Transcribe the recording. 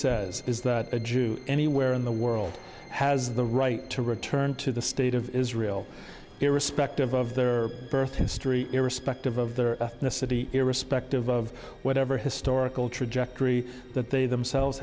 says is that a jew anywhere in the world has the right to return to the state of israel irrespective of their birth history irrespective of their ethnicity irrespective of whatever his sturrock trajectory that they themselves